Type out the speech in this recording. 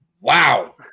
Wow